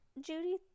Judy